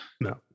No